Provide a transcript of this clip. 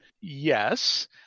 yes